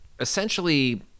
essentially